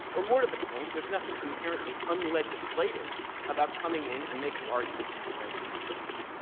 or more to the point, there's nothing inherently unlegislative about coming in and making arguments in defense of the statute.